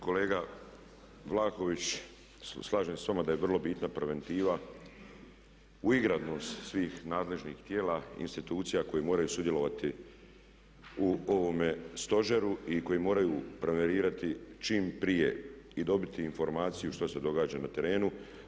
Kolega Vlaović slažem se s vama da je vrlo bitna preventiva, uigranost svih nadležnih tijela i institucija koje moraju sudjelovati u ovome stožeru i koji moraju prevenirati čim prije i dobiti informaciju što se događa na terenu.